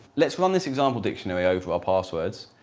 let's run this example dictionary over our passwords,